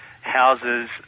houses